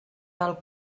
del